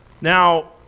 Now